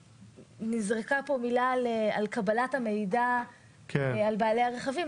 נזרקה כאן הערה על קבלת מידע על בעלי הרכבים.